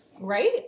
right